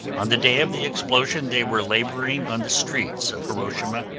on the day of the explosion, they were laboring on the streets of hiroshima.